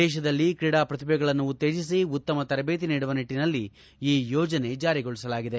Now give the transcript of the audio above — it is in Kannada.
ದೇತದಲ್ಲಿ ಕ್ರೀಡಾ ಪ್ರತಿಭೆಗಳನ್ನು ಉತ್ತೇಜಿಸಿ ಉತ್ತಮ ತರಬೇತಿ ನೀಡುವ ನಿಟ್ಟಿನಲ್ಲಿ ಈ ಯೋಜನೆ ಜಾರಿಗೊಳಿಸಲಾಗಿದೆ